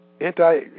anti